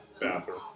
bathroom